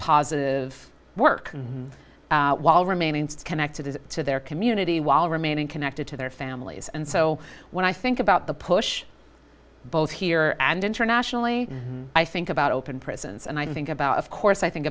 positive work while remaining connected to their community while remaining connected to their families and so when i think about the push both here and internationally i think about open prisons and i think about of course i think